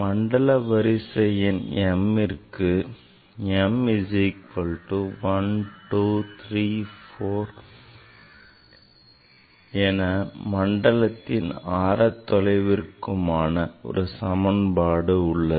மண்டல வரிசை எண் mற்கும் மண்டலத்தின் ஆரத்தொலைவிற்குமான ஒரு சமன்பாடு உள்ளது